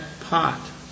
pot